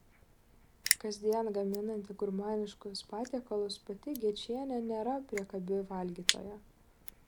kasdien gaminanti gurmaniškus patiekalus pati gečienė nėra priekabi valgytoja